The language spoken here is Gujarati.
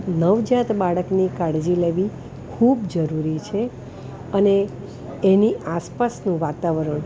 નવજાત બાળકની કાળજી લેવી ખૂબ જરૂરી છે અને એની આસપાસનું વાતાવરણ